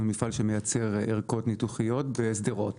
אנו מפעל שמייצר ערכות ניתוחיות בשדרות.